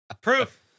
Proof